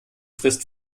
frist